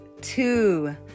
two